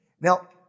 Now